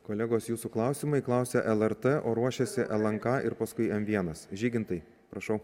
kolegos jūsų klausimai klausia lrt o ruošiasi lnk ir paskui m vienas žygintai prašau